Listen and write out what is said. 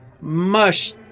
mush